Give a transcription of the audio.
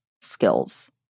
skills